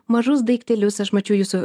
mažus daiktelius aš mačiau jūsų